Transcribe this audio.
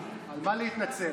על מה להתנצל?